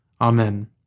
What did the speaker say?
Amen